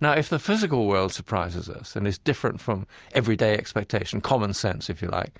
now, if the physical world surprises us and is different from everyday expectation common sense, if you like